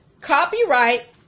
copyright